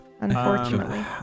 Unfortunately